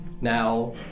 Now